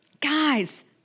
Guys